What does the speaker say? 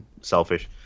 selfish